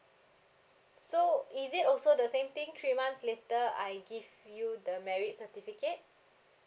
so is it also the same thing three months later I give you the marriage certificate